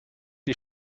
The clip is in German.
die